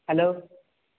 hello